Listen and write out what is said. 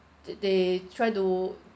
did they try to